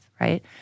right